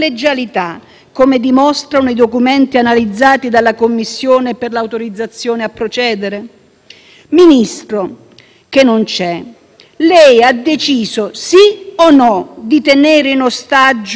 Ministro - che non c'è - lei ha deciso sì o no di tenere in ostaggio 177 persone, immigrati, sì, persone?